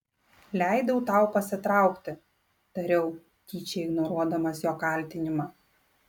leidau tau pasitraukti tariau tyčia ignoruodamas jo kaltinimą